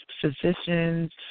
physicians